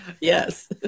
yes